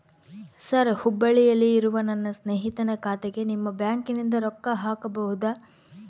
Sir ಹುಬ್ಬಳ್ಳಿಯಲ್ಲಿ ಇರುವ ನನ್ನ ಸ್ನೇಹಿತನ ಖಾತೆಗೆ ನಿಮ್ಮ ಬ್ಯಾಂಕಿನಿಂದ ರೊಕ್ಕ ಹಾಕಬಹುದಾ?